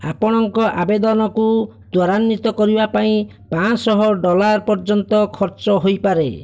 ଆପଣଙ୍କ ଆବେଦନକୁ ତ୍ୱରାନ୍ୱିତ କରିବା ପାଇଁ ପାଞ୍ଚଶହ ଡଲାର୍ ପର୍ଯ୍ୟନ୍ତ ଖର୍ଚ୍ଚ ହୋଇପାରେ